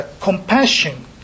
compassion